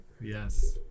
Yes